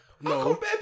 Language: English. No